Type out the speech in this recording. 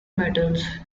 metals